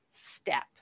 step